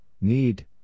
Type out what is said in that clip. Need